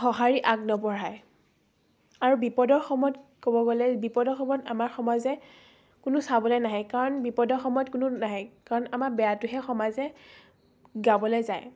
সঁহাৰি আগনবঢ়ায় আৰু বিপদৰ সময়ত ক'ব গ'লে বিপদৰ সময়ত আমাৰ সমাজে কোনো চাবলৈ নাহে কাৰণ বিপদৰ সময়ত কোনো নাহে কাৰণ আমাৰ বেয়াটোহে সমাজে গাবলৈ যায়